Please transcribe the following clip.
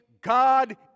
god